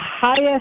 highest